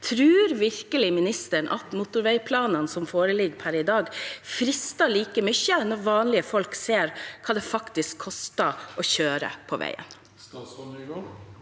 Tror virkelig ministeren at motorveiplanene som foreligger per i dag, frister like mye når vanlige folk ser hva det faktisk vil koste å kjøre på veiene?